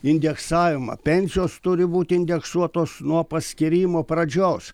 indeksavimą pensijos turi būti indeksuotos nuo paskyrimo pradžios